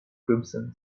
crimson